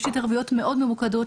יש התערבויות מאוד ממוקדות,